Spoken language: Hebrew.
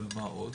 ובמה עוד?